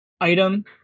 item